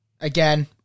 again